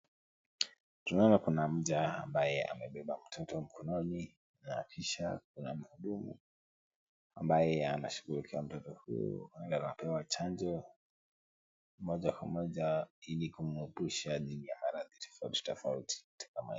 Tunaona kuna mja ambaye amebeba mtoto mkononi na kisha kuna mhudumu ambaye anashughulikia mtoto huyu. Huenda anapewa chanjo moja kwa moja ili kumuepusha dhidi ya maradhi tofauti tofauti katika ma...